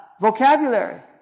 vocabulary